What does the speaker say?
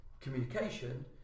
communication